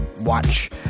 watch